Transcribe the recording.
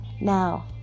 now